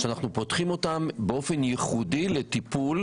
שאנחנו פותחים אותם באופן ייחודי לטיפול.